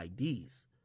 IDs